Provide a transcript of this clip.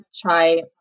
try